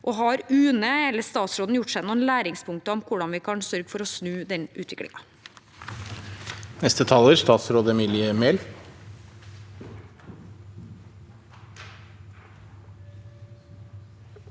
og om UNE og statsråden har gjort seg noen læringspunkter om hvordan man skal sørge for å snu denne utviklingen